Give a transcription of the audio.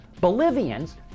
Bolivians